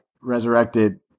resurrected